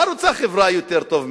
מה רוצה החברה יותר טוב מזה?